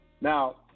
Now